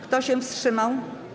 Kto się wstrzymał?